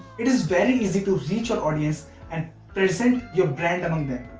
it is very easy to reach your audience and present your brand among them.